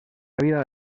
vida